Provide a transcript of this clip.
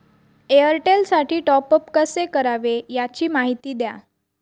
एअरटेलसाठी टॉपअप कसे करावे? याची माहिती द्या